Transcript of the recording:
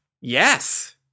Yes